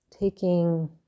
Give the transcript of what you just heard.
taking